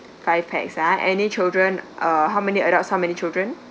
five packs uh are any children uh how many adults how many children